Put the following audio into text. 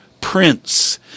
prince